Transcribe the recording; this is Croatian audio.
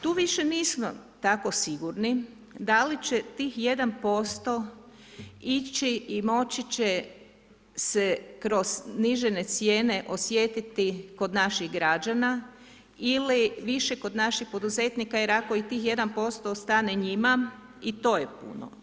Tu više nismo tako sigurni, da li će tih 1% ići i moći će se kroz snižene cijene osjetiti kod naših građana ili više kod naših poduzetnika, jer ako i tih 1% ostane njima, i to je puno.